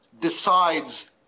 decides